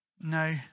No